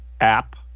app